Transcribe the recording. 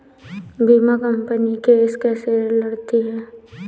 बीमा company case कैसे लड़ती है?